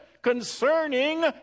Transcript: concerning